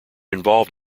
involved